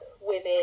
women